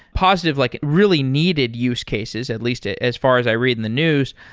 positive like really needed use cases at least ah as far as i read in the news.